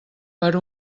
per